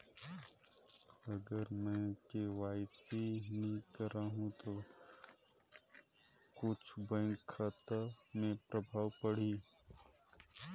अगर मे के.वाई.सी नी कराहू तो कुछ बैंक खाता मे प्रभाव पढ़ी?